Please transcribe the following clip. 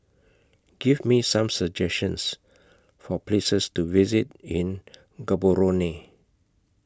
Give Me Some suggestions For Places to visit in Gaborone